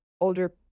Older